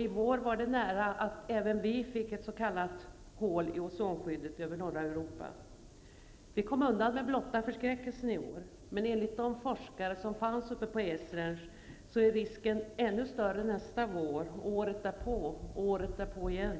I våras var det nära att även vi fick ett s.k. hål i ozonlagret över norra Europa. I år kom vi undan med blotta förskräckelsen, men enligt de forskare som finns på Esrange är risken ännu större nästa vår och året därpå och året därpå igen.